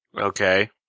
Okay